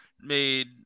made